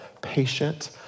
patient